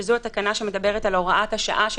וזו התקנה שמדברת על הוראת השעה של